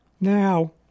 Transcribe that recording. Now